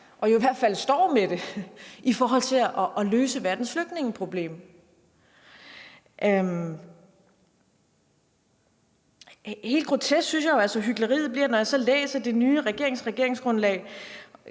og i hvert fald står med det i forhold til at løse verdens flygtningeproblem. Helt grotesk synes jeg jo altså hykleriet bliver, når jeg så læser den nye regerings regeringsgrundlag,